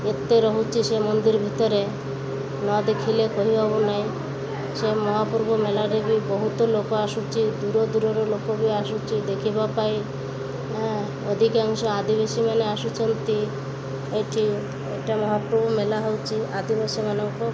ଏତେ ରହୁଛି ସେ ମନ୍ଦିର ଭିତରେ ନ ଦେଖିଲେ କହି ହେବ ନାହିଁ ସେ ମହାପୂର୍ବ ମେଳାରେ ବି ବହୁତ ଲୋକ ଆସୁଛି ଦୂର ଦୂରର ଲୋକ ବି ଆସୁଛି ଦେଖିବା ପାଇଁ ଅଧିକାଂଶ ଆଦିବାସୀ ମାନେ ଆସୁଛନ୍ତି ଏଠି ଏଟା ମହାପୂର୍ବ ମେଳା ହେଉଛି ଆଦିବାସୀ ମାନଙ୍କ